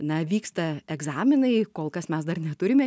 na vyksta egzaminai kol kas mes dar neturime